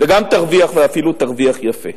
וגם תרוויח, ואפילו תרוויח יפה.